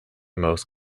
most